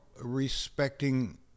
respecting